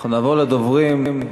נעבור לדוברים.